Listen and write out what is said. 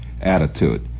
attitude